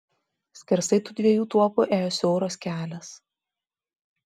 skersai tų dviejų tuopų ėjo siauras kelias